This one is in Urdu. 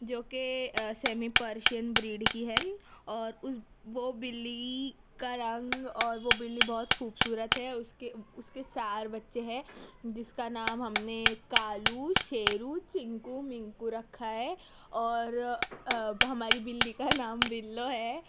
جوکہ سیمی پرشین بریڈ کی ہے اور اس وہ بلّی کا رنگ اور وہ بلّی بہت خوبصورت ہے اس کے اس کے چار بچے ہیں جس کا نام ہم نے کالو شیرو چنکو منکو رکھا ہے اور ہماری بلّی کا نام بلّو ہے